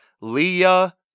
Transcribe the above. Leah